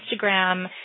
Instagram